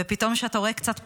ופתאום כשאתה רואה קצת פרחים,